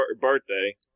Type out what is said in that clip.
birthday